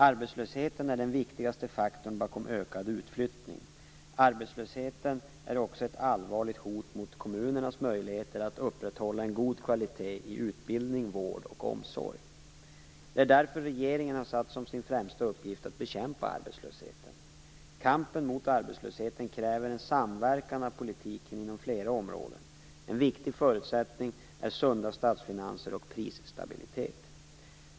Arbetslösheten är den viktigaste faktorn bakom ökad utflyttning. Arbetslösheten är också ett allvarligt hot mot kommunernas möjligheter att upprätthålla en god kvalitet i utbildning, vård och omsorg. Det är därför regeringen satt som sin främsta uppgift att bekämpa arbetslösheten. Kampen mot arbetslösheten kräver en samverkan av politiken inom flera områden. En viktig förutsättning är sunda statsfinanser och prisstabilitet.